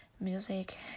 music